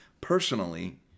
personally